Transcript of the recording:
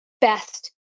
best